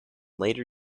later